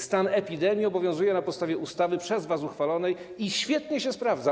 Stan epidemii obowiązuje na podstawie ustawy przez was uchwalonej i świetnie się sprawdza.